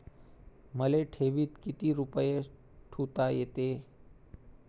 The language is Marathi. मले ठेवीत किती रुपये ठुता येते?